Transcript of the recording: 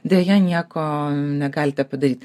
deja nieko negalite padaryt